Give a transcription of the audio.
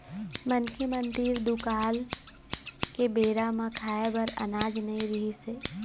मनखे मन तीर दुकाल के बेरा म खाए बर अनाज नइ रिहिस हे